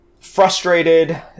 frustrated